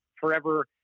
forever